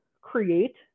create